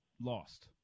lost